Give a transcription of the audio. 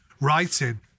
writing